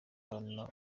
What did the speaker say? abana